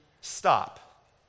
stop